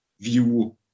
view